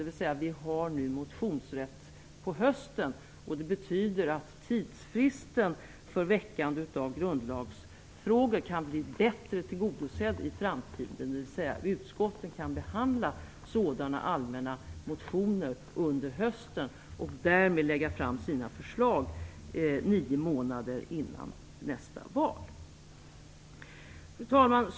Vi har nu motionsrätt på hösten, och det betyder att tidsfristen för väckande av grundlagsfrågor kan bli bättre tillgodosedd i framtiden, dvs. utskotten kan behandla sådana allmänna motioner under hösten, och därmed lägga fram sina förslag 9 månader innan nästa val. Fru talman!